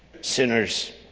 sinners